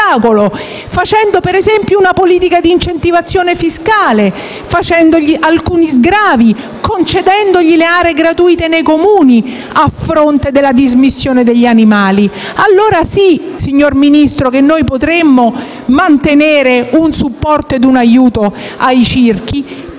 facendo, per esempio, una politica di incentivazione fiscale, prevedendo alcuni sgravi, concedendogli gratuitamente le aree nei Comuni a fronte della dismissione degli animali. Allora sì, signor Ministro, potremmo mantenere un supporto e un aiuto ai circhi